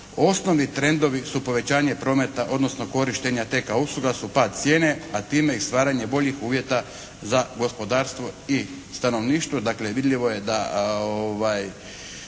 Osnovni trendovi su povećanje prometa, odnosno korištenja TK usluga su pad cijene, a time i stvaranje boljih uvjeta za gospodarstvo i stanovništvo.